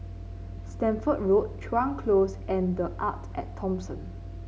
Stamford Road Chuan Close and The Arte At Thomson